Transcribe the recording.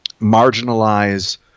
marginalize